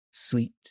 sweet